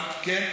כן.